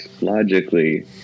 logically